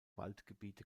waldgebiete